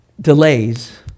delays